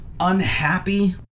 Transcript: unhappy